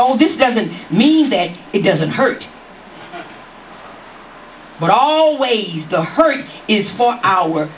all this doesn't mean that it doesn't hurt but always the hurry is for our